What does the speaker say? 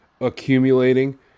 accumulating